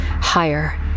higher